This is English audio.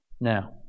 Now